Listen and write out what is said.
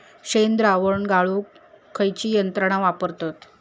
शेणद्रावण गाळूक खयची यंत्रणा वापरतत?